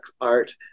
art